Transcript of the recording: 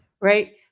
right